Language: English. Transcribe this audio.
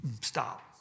stop